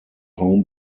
home